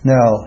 Now